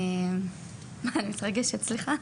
אני מתרגשת, סליחה.